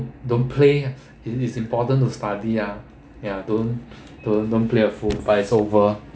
don't play uh it is important to study ah ya don't don't don't play a fool but it's over